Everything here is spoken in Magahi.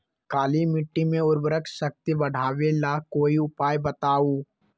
काली मिट्टी में उर्वरक शक्ति बढ़ावे ला कोई उपाय बताउ?